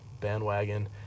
bandwagon